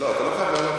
לא, אתה לא חייב לעלות.